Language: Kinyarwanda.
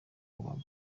baguha